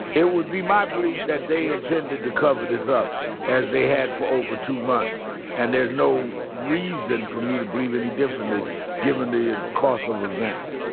it would be my belief that they intended to cover this up as they had for over two months and there's no reason for me to believe any differently given the ah course of events.